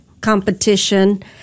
competition